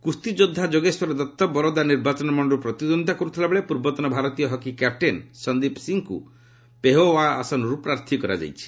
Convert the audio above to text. କୁସ୍ତିଯୋଦ୍ଧା ଯୋଗେଶ୍ୱର ଦତ୍ତ୍ ବରୋଦା ନିର୍ବାଚନ ମଣ୍ଡଳୀରୁ ପ୍ରତିଦ୍ୱନ୍ଦ୍ୱିତା କରୁଥିଲାବେଳେ ପୂର୍ବତନ ଭାରତୀୟ ହକି କ୍ୟାପ୍ଟେନ୍ ସନ୍ଦିପ୍ ସିଂହଙ୍କୁ ପେହୋୱା ଆସନରୁ ପ୍ରାର୍ଥୀ କରାଯାଇଛି